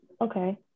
Okay